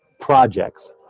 projects